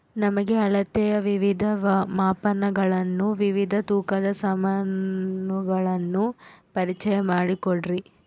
ನಮಗೆ ಅಳತೆಯ ವಿವಿಧ ಮಾಪನಗಳನ್ನು ವಿವಿಧ ತೂಕದ ಸಾಮಾನುಗಳನ್ನು ಪರಿಚಯ ಮಾಡಿಕೊಡ್ರಿ?